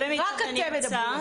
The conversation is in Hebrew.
רק אתם מדברים.